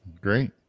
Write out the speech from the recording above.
great